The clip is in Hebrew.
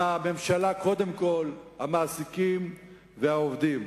עם הממשלה קודם כול, עם המעסיקים ועם העובדים.